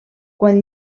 quan